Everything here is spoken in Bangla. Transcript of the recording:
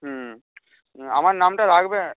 হুম আমার নামটা রাখবেন